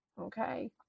Okay